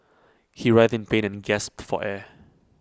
he writhed in pain and gasped for air